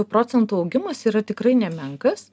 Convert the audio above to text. procentų augimas yra tikrai nemenkas